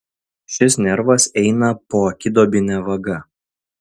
šis nervas eina poakiduobine vaga